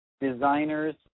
designers